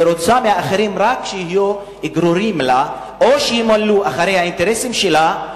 היא רוצה מהאחרים שיהיו רק גרורים לה או שימלאו אחרי האינטרסים שלה,